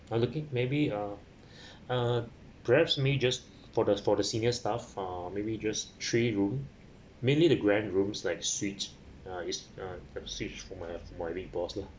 I looking maybe uh uh because me just for the for the senior staff uh maybe just three room mainly the grand rooms like suite uh it's uh it's suite for my for my big boss lah